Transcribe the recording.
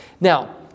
Now